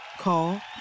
Call